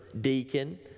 deacon